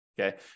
Okay